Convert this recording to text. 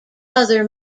other